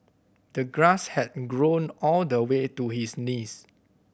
the grass had grown all the way to his knees